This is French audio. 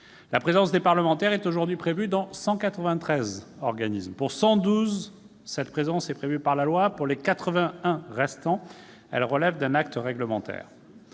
La présence des parlementaires est aujourd'hui prévue au sein de 193 organismes. Pour 112 d'entre eux, cette présence est prévue par la loi ; pour les 81 restants, elle résulte d'un acte réglementaire.